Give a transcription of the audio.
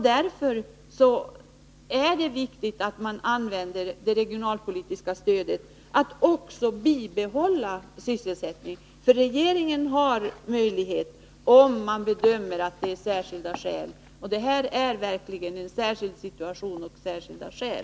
Därför är det viktigt att man använder det regionalpolitiska stödet för att också bibehålla sysselsättning. Regeringen har möjlighet att göra någonting, om man bedömer att det finns särskilda skäl. Och här är det verkligen fråga om en särskild situation med särskilda skäl.